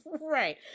right